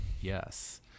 Yes